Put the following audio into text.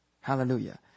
Hallelujah